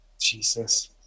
Jesus